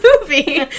movie